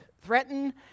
threaten